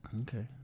Okay